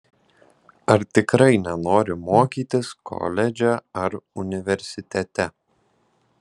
ar tikrai nenori mokytis koledže ar universitete